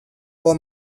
for